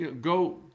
go